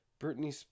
Britney